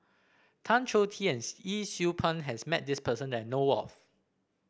Tan Choh Tee and Yee Siew Pun has met this person that know of